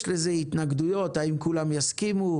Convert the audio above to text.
יש לזה התנגדויות האם כולם יסכימו.